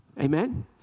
Amen